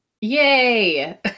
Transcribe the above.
Yay